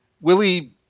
Willie